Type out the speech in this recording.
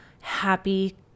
happy